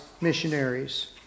missionaries